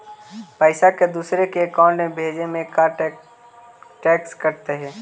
पैसा के दूसरे के अकाउंट में भेजें में का टैक्स कट है?